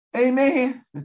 Amen